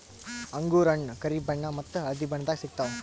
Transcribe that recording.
ಅಂಗೂರ್ ಹಣ್ಣ್ ಕರಿ ಬಣ್ಣ ಮತ್ತ್ ಹಳ್ದಿ ಬಣ್ಣದಾಗ್ ಸಿಗ್ತವ್